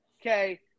Okay